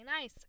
nice